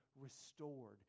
restored